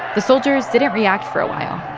the soldiers didn't react for a while.